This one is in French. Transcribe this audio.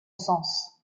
sens